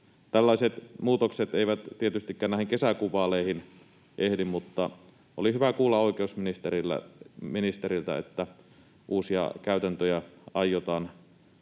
Tällaiset muutokset eivät tietystikään näihin kesäkuun vaaleihin ehdi, mutta oli hyvä kuulla oikeusministeriltä, että uusia käytäntöjä aiotaan